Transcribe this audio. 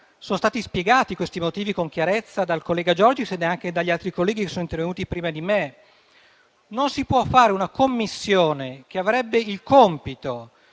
sono state spiegate con chiarezza dal collega Giorgis e anche dagli altri intervenuti prima di me. Non si può fare una Commissione, che avrebbe il compito